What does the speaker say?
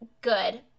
good